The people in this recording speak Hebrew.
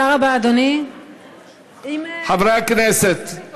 חברי הכנסת,